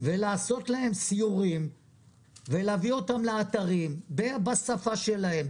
ולעשות להם סיורים ולהביא אותם לאתרים בשפה שלהם,